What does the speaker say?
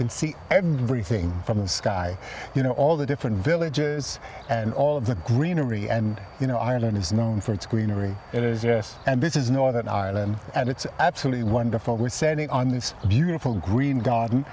can see everything from the sky you know all the different villages and all of the greenery and you know ireland is known for its greenery and this is northern ireland and it's absolutely wonderful the setting on this beautiful green garden